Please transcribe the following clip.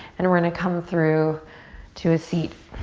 and we're gonna come through to a seat.